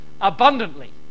abundantly